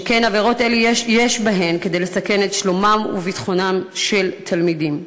שכן עבירות אלה יש בהן כדי לסכן את שלומם וביטחונם של תלמידים.